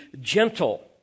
gentle